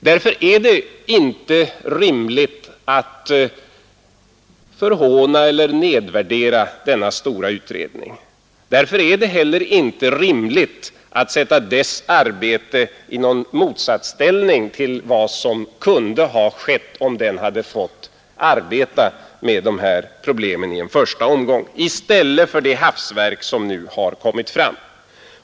Därför är det inte rimligt att förhåna och nedvärdera denna utredning och sätta dess arbete i stort i något slags motsatsställning till vad som kunde ha skett om den i en första omgång fått arbeta med dessa problem och lägga fram ett förslag i stället för det hafsverk som regeringen nu presenterat.